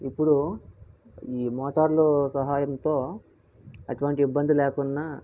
ఇప్పుడు ఈ మోటార్ల సహాయంతో ఎటువంటి ఇబ్బంది లేకున్నా